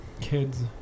kids